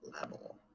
level